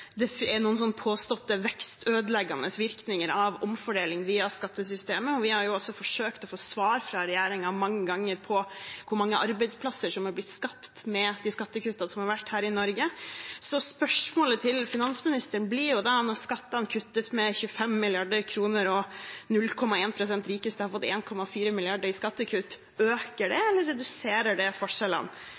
at det er noen påståtte vekstødeleggende virkninger av omfordeling via skattesystemet. Vi har også forsøkt mange ganger å få svar fra regjeringen på hvor mange arbeidsplasser som er blitt skapt med de skattekuttene som har vært her i Norge. Spørsmålet til finansministeren blir da: Når skattene kuttes med 25 mrd. kr og de 0,1 pst. rikeste har fått 1,4 mrd. kr i skattekutt, øker det eller reduserer det forskjellene?